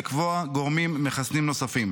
לקבוע גורמים מחסנים נוספים.